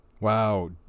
wow